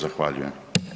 Zahvaljujem.